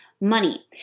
money